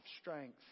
strength